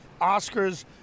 Oscars